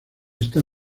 esta